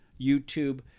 YouTube